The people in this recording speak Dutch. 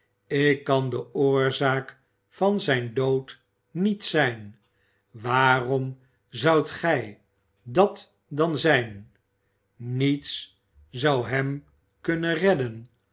ik kan de oorzaak van zijn dood niet zijn waarom zoudt gij dat dan zijn niets zou hem kunnen redden